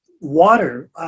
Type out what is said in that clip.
water